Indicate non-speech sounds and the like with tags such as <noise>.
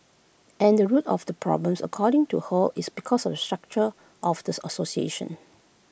and the root of the problem according to her is because of the structure of the <unintelligible> association